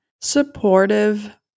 supportive